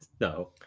No